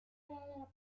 era